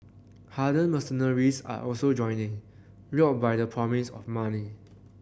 hardened mercenaries are also joining lured by the promise of money